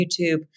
youtube